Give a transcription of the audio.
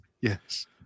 Yes